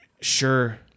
sure